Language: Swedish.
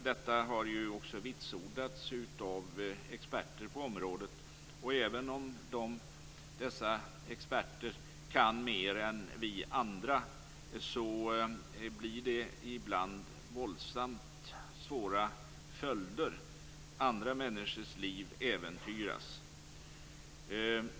Detta har också vitsordats av experter på området. Även om dessa experter kan mer än vi andra, blir det ibland våldsamt svåra följder, och andra människors liv äventyras.